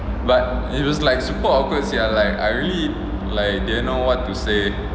but it was like super awkward sia like I really like didn't know what to say